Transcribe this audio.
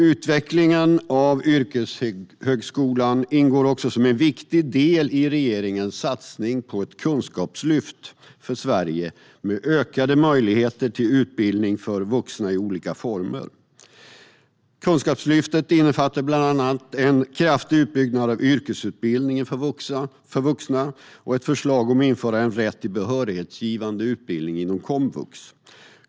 Utvecklingen av yrkeshögskolan ingår också som en viktig del i regeringens satsning på ett kunskapslyft för Sverige, med ökade möjligheter till utbildning för vuxna, i olika former. Kunskapslyftet innefattar bland annat en kraftig utbyggnad av yrkesutbildningen för vuxna och ett förslag om att införa en rätt till behörighetsgivande utbildning inom komvux.